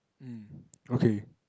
hmm okay